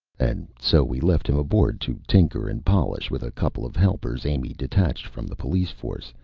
and so we left him aboard to tinker and polish, with a couple of helpers amy detached from the police force,